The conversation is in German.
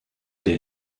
der